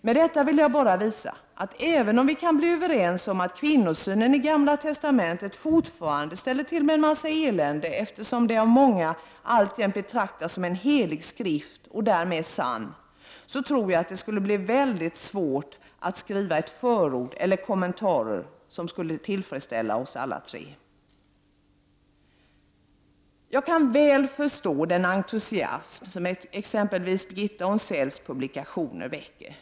Med detta vill jag bara visa att även om vi kan bli överens om att kvinnosynen i Gamla testamentet fortfarande ställer till en massa elände eftersom det av många alltjämt betraktas som helig skrift och därmed ”sann”, tror jag det skulle bli väldigt svårt att skriva ett förord eller kommentarer som skulle tillfredsställa oss alla tre. Jag kan väl förstå den entusiasm som exempelvis Birgitta Onsells publikationer väcker.